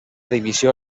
divisió